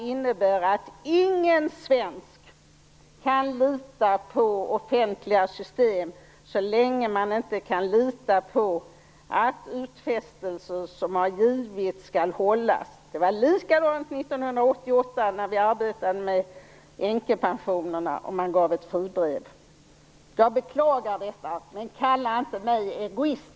Ingen svensk kan lita på offentliga system så länge man inte kan lita på att givna utfästelser skall hållas. Det var likadant när vi 1988 arbetade med änkepensionerna och man gav ett fribrev. Jag beklagar detta, men kalla inte mig egoist!